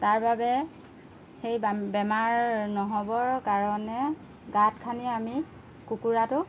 তাৰ বাবে সেই বেমাৰ নহ'বৰ কাৰণে গাঁত খান্দি আমি কুকুৰাটোক